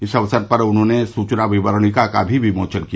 इस अवसर पर उन्होंने सूचना विवरणिका का भी विमोचन किया